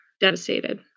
devastated